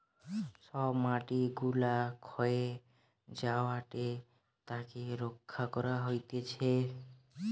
সব মাটি গুলা ক্ষয়ে যায়েটে তাকে রক্ষা করা হতিছে